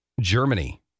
Germany